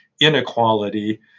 inequality